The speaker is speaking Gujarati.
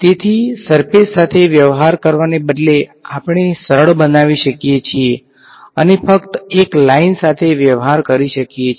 તેથી સરફેસ સાથે વ્યવહાર કરવાને બદલે આપણે સરળ બનાવી શકીએ છીએ અને ફક્ત એક લાઈન સાથે વ્યવહાર કરી શકીએ છીએ